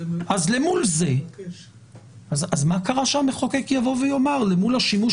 אז למול זה ------ אז מה קרה שהמחוקק יבוא ויאמר: למול השימוש